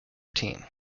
team